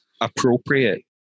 appropriate